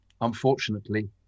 unfortunately